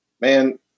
man